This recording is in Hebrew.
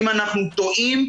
אם אנחנו טועים,